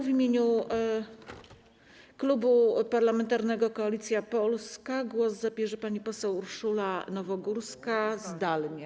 W imieniu Klubu Parlamentarnego Koalicja Polska głos zabierze pani poseł Urszula Nowogórska, zdalnie.